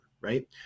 Right